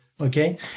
okay